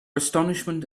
astonishment